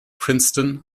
princeton